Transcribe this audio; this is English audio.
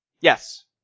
Yes